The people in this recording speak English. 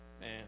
man